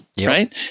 Right